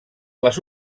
les